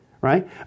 right